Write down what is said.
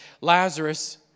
Lazarus